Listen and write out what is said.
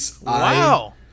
Wow